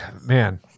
Man